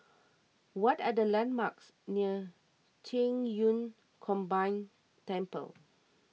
what are the landmarks near Qing Yun Combined Temple